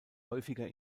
häufiger